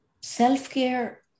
self-care